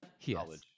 Yes